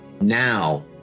Now